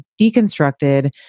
deconstructed